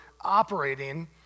operating